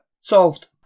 Solved